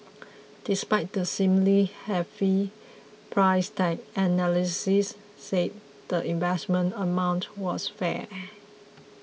despite the seemingly hefty price tag analysts said the investment amount was fair